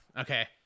Okay